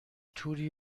توری